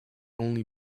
only